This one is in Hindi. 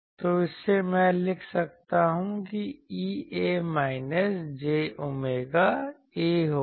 तो इससे मैं लिख सकता हूं कि EA minus j omega A होगा